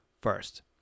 first